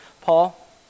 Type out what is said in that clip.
Paul